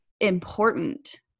important